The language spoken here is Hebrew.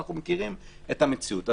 אנחנו מכירים את המציאות.